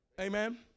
Amen